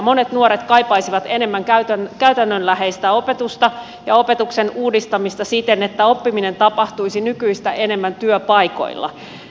monet nuoret kaipaisivat enemmän käytännönläheistä opetusta ja opetuksen uudistamista siten että oppiminen tapahtuisi nykyistä enemmän työpaikoilla